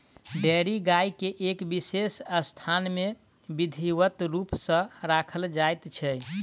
dairy गाय के एक विशेष स्थान मे विधिवत रूप सॅ राखल जाइत छै